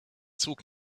zug